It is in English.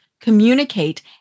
communicate